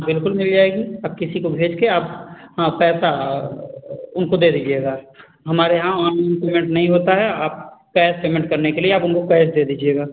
बिल्कुल मिल जाएगी आप किसी को भेज के आप हाँ पैसा उनको दे दीजिएगा हमारे यहाँ ऑन लाइन पेमेंट नहीं होता है आप कैस पेमेंट करने के लिए आप उनको कैस दे दीजिएगा